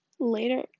Later